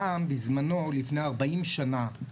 פעם בזמנו לפני 40 שנה,